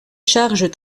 charges